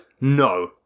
No